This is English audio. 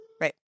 right